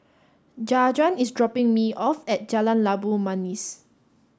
Jajuan is dropping me off at Jalan Labu Manis